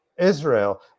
Israel